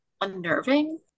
unnerving